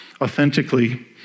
authentically